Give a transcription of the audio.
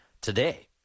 today